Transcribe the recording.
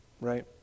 right